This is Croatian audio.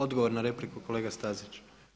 Odgovor na repliku, kolega Stazić.